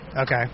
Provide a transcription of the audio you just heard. Okay